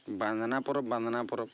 ବାନ୍ଦନା ପରବ ବାନ୍ଦନା ପରବ